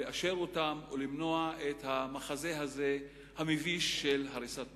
לאשר אותן ולמנוע את המחזה המביש הזה של הריסת בתים.